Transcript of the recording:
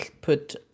put